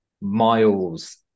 Miles